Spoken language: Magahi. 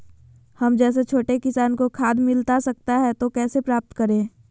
हम जैसे छोटे किसान को खाद मिलता सकता है तो कैसे प्राप्त करें?